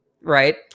right